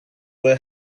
will